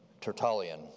Tertullian